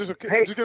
hey